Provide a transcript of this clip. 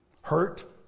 Hurt